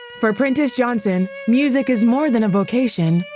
for prentice johnson, music is more than a vocation,